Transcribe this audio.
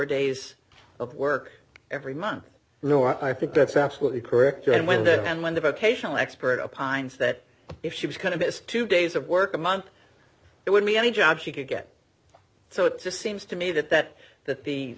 days of work every month no i think that's absolutely correct and when then when the vocational expert a pines that if she was kind of missed two days of work a month it would be any job she could get so it just seems to me that that that the